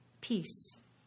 peace